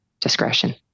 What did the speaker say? discretion